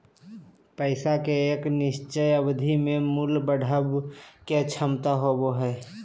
पैसा के एक निश्चित अवधि में मूल्य बढ़य के क्षमता होबो हइ